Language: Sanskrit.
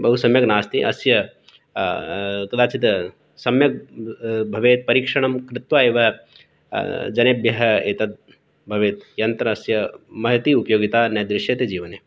बहुसम्यक् नास्ति अस्य कदाचित् सम्यक् भवेत् परीक्षणं कृत्वा एव जनेभ्यः एतद् भवेत् यन्त्रस्य महती उपयोगिता न दृश्यते जीवने